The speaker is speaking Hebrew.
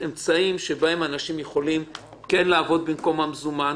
אמצעים שבהם אנשים יכולים כן לעבוד במקום המזומן.